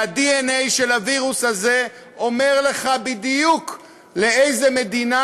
והדנ"א של הווירוס הזה אומר לך בדיוק לאיזו מדינה